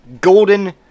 golden